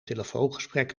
telefoongesprek